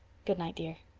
good night, dear.